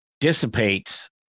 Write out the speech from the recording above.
dissipates